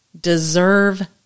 deserve